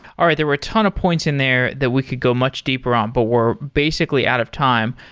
all right. there were a ton of points in there that we could go much deeper on, but we're basically out of time.